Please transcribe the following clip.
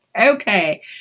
Okay